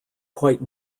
quite